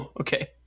Okay